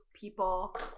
people